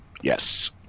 Yes